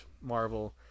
Marvel